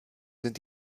sind